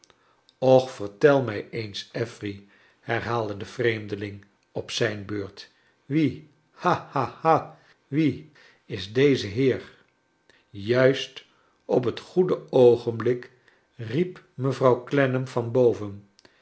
och vertel mij eens affery herhaalde de vreemdeling op zijn beurt wie ha ha ha wie is deze heer juist op het goede oogenblik riep mevrouw clennam van boven